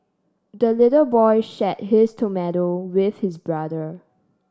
the little boy shared his tomato with his brother